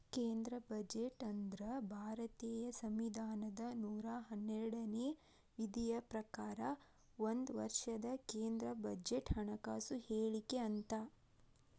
ಕೇಂದ್ರ ಬಜೆಟ್ ಅಂದ್ರ ಭಾರತೇಯ ಸಂವಿಧಾನದ ನೂರಾ ಹನ್ನೆರಡನೇ ವಿಧಿಯ ಪ್ರಕಾರ ಒಂದ ವರ್ಷದ ಕೇಂದ್ರ ಬಜೆಟ್ ಹಣಕಾಸು ಹೇಳಿಕೆ ಅಂತ